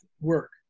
work